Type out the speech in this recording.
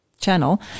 channel